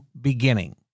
beginning